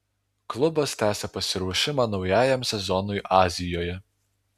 klubas tęsia pasiruošimą naujajam sezonui azijoje